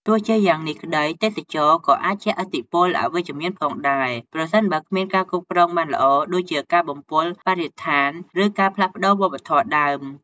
ទោះជាយ៉ាងនេះក្តី ទេសចរណ៍ក៏អាចជះឥទ្ធិពលអវិជ្ជមានផងដែរ ប្រសិនបើគ្មានការគ្រប់គ្រងបានល្អ ដូចជាការបំពុលបរិស្ថាន ឬការផ្លាស់ប្តូរវប្បធម៌ដើម។